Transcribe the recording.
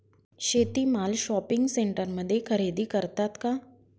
शेती माल शॉपिंग सेंटरमध्ये खरेदी करतात का?